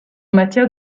matière